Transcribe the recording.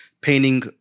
painting